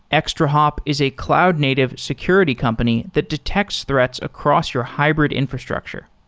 extrahop is a cloud native security company that detects threats across your hybrid infrastructure.